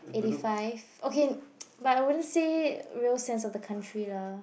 it is five okay but I wouldn't say real sense of the country lah